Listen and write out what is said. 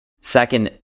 Second